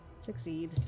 Succeed